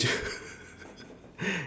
~ger